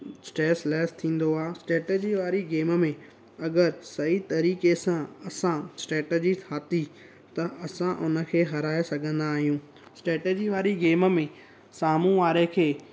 stress less थींदो आहे strategy वारी गेम में अगरि सही तरीक़े सां असां स्ट्रैटजी ठाही त असां उनखे हराए सघंदा आहियूं स्ट्रैटजी वारी गेम में साम्हूं वारे खे